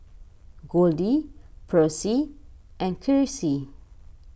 Goldie Percy and Krissy